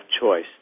choice